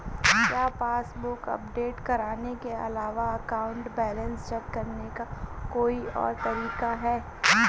क्या passbook update करने के अलावा अकाउंट बैलेंस चेक करने का कोई और तरीका है?